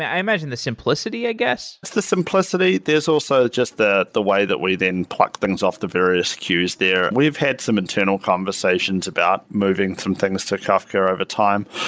i imagine, the simplicity, i guess. it's the simplicity. there's also just the the way that we then pluck things off the various queues there. we've had some internal conversations about moving some things to kafka overtime,